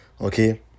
Okay